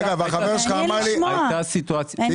הוא